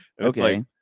okay